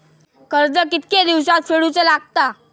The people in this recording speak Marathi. कर्ज कितके दिवसात फेडूचा लागता?